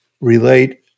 relate